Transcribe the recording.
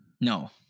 No